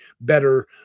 better